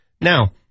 Now